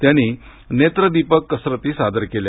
त्यांनी नेत्रदीपक कसरती सादर केल्या